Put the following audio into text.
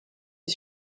est